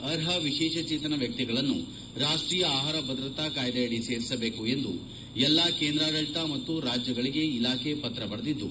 ಅರ್ಹ ವಿಶೇಷಚೇತನ ವ್ವಪ್ತಿಗಳನ್ನು ರಾಷ್ಷೀಯ ಆಹಾರ ಭದ್ರತಾ ಕಾಯ್ದೆಯಡಿ ಸೇರಿಸಬೇಕು ಎಂದು ಎಲ್ಲಾ ಕೇಂದ್ರಾಡಳತ ಮತ್ತು ರಾಜ್ಲಗಳಿಗೆ ಇಲಾಖೆ ಪತ್ರ ಬರೆದಿದ್ದು